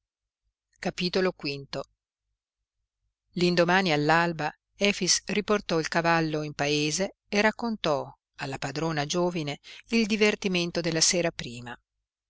alla fuga l'indomani all'alba efix riportò il cavallo in paese e raccontò alla padrona giovine il divertimento della sera prima